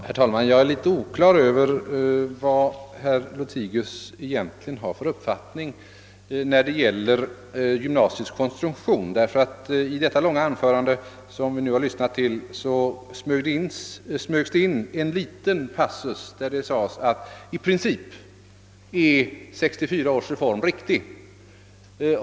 Herr talman! Jag är inte riktigt på det klara med vad herr Lothigius egentligen har för uppfattning om gymnasiets konstruktion. I det långa anförande som vi nu har lyssnat till smög sig in en liten passus där det sades att i princip är 1964 års reform riktig.